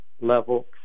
level